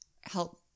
help